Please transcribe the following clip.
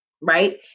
right